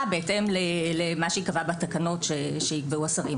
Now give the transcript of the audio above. בהתאם למה שייקבע בתקנות שיקבעו השרים,